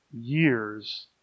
years